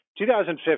2015